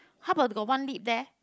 how about got one lead there